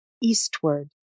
eastward